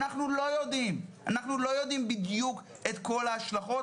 אנו לא יודעים בדיוק את כל ההשלכות.